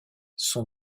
son